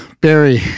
Barry